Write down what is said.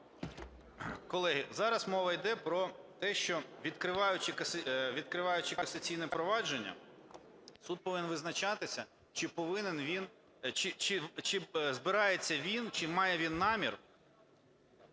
Колеги, зараз мова іде про те, що, відкриваючи касаційне провадження, суд повинен визначатися, чи повинен він... чи збирається він, чи має він намір